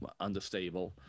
understable